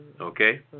Okay